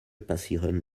passieren